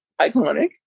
iconic